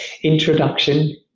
introduction